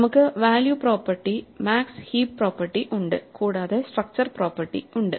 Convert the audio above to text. നമുക്ക് value property max heap property ഉണ്ട് കൂടാതെ സ്ട്രക്ച്ചർ പ്രോപ്പർട്ടി ഉണ്ട്